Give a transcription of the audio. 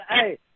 hey